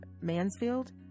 Mansfield